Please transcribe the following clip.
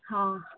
हाँ